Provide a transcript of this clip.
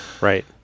Right